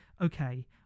okay